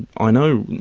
i know,